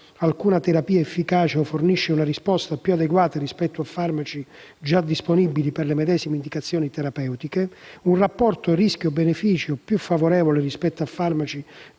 alcuna terapia efficace, o fornisce una risposta più adeguata rispetto a farmaci già disponibili per le medesime indicazioni terapeutiche; rapporto rischio/beneficio più favorevole rispetto a farmaci